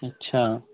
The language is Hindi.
अच्छा